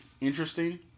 interesting